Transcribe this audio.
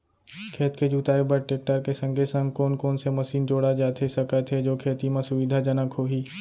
खेत के जुताई बर टेकटर के संगे संग कोन कोन से मशीन जोड़ा जाथे सकत हे जो खेती म सुविधाजनक होही?